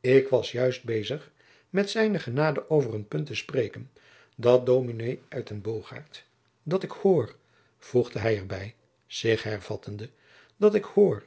ik was juist bezig met zijne genade over een punt te spreken dat ds uytenbogaert dat ik hoor voegde hij er bij zich hervattende dat ik hoor